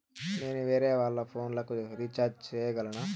నేను వేరేవాళ్ల ఫోను లకు రీచార్జి సేయగలనా?